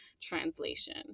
translation